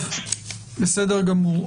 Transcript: טוב, בסדר גמור.